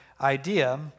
idea